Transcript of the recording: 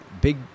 big